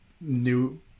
new